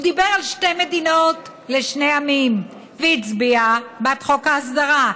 הוא דיבר על שתי מדינות לשני עמים והצביע בעד חוק ההסדרה,